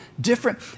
different